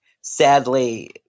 Sadly